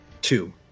Two